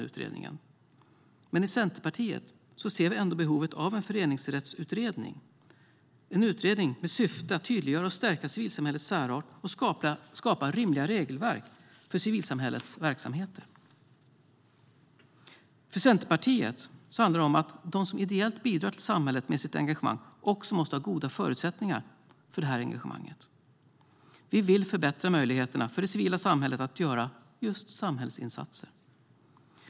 Men i Centerpartiet ser vi ändå behovet av en föreningsrättsutredning med syfte att tydliggöra och stärka civilsamhällets särart och skapa rimliga regelverk för civilsamhällets verksamheter. För Centerpartiet handlar det om att de som ideellt bidrar till samhället med sitt engagemang också måste ha goda förutsättningar för detta engagemang. Vi vill förbättra möjligheterna för det civila samhället att göra samhällsinsatser.